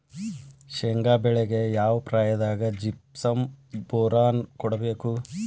ಶೇಂಗಾ ಬೆಳೆಗೆ ಯಾವ ಪ್ರಾಯದಾಗ ಜಿಪ್ಸಂ ಬೋರಾನ್ ಕೊಡಬೇಕು?